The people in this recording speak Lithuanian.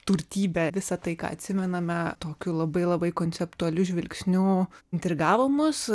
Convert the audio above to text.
turtybę visa tai ką atsimename tokiu labai labai konceptualiu žvilgsniu intrigavo mus